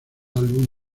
álbum